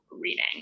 reading